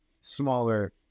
smaller